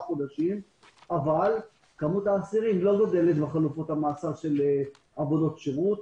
חודשים אבל מספר האסירים לא גדל בחלופות המאסר של עבודות שירות.